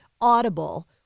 audible